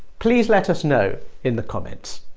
please let us know in the comments!